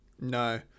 No